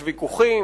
יש ויכוחים,